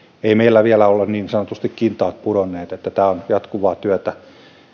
ei meillä vielä ole niin sanotusti kintaat pudonneet tämä on jatkuvaa työtä